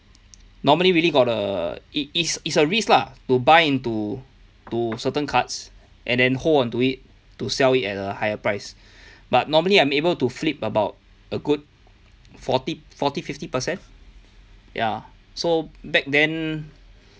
normally really got a it's a it's a risk lah to buy into to certain cards and then hold onto it to sell it at a higher price but normally I'm able to flip about a good forty forty fifty percent ya so back then